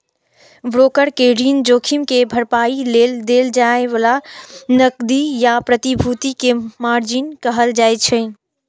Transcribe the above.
broker कें ऋण जोखिम के भरपाइ लेल देल जाए बला नकदी या प्रतिभूति कें मार्जिन कहल जाइ छै